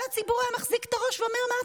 כל הציבור היה מחזיק את הראש ואומר: מה,